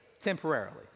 temporarily